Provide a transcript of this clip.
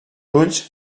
ulls